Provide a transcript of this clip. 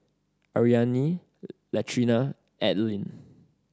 Ariane Latrina Adline